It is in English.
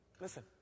listen